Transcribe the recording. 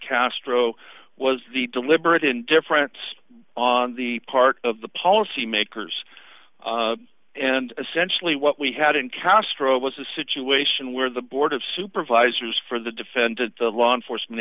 castro was the deliberate indifference on the part of the policy makers and essentially what we had encountered strobe was a situation where the board of supervisors for the defendant the law enforcement